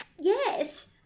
Yes